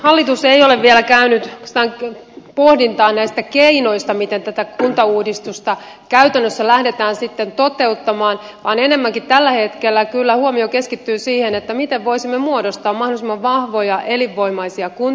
hallitus ei ole vielä käynyt oikeastaan pohdintaa näistä keinoista miten tätä kuntauudistusta käytännössä lähdetään sitten toteuttamaan vaan enemmänkin tällä hetkellä kyllä huomio keskittyy siihen miten voisimme muodostaa mahdollisimman vahvoja elinvoimaisia kuntia